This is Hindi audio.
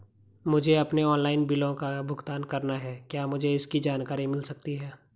मुझे अपने ऑनलाइन बिलों का भुगतान करना है क्या मुझे इसकी जानकारी मिल सकती है?